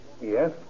Yes